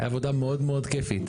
הייתה עבודה מאוד מאוד כיפית,